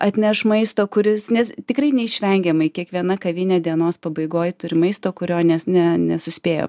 atneš maisto kuris nes tikrai neišvengiamai kiekviena kavinė dienos pabaigoj turi maisto kurio nes ne nesuspėjo